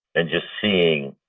and just seeing,